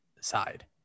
side